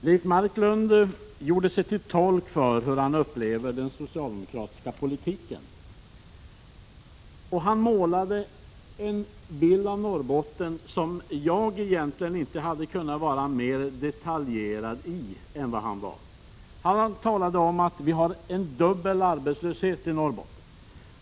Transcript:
Herr talman! Leif Marklund redovisade hur han upplever den socialdemokratiska politiken. Han målade en bild av Norrbotten som jag inte hade kunnat göra mer detaljerad än vad han gjorde. Han talade om att vi har en dubbel arbetslöshet i Norrbotten.